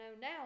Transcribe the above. now